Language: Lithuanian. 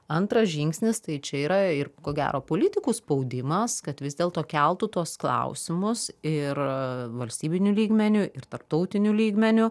antras žingsnis tai čia yra ir ko gero politikų spaudimas kad vis dėlto keltų tuos klausimus ir valstybiniu lygmeniu ir tarptautiniu lygmeniu